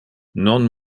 non